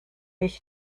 ich